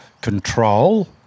control